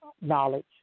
knowledge